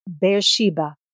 Beersheba